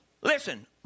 Listen